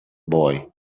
boy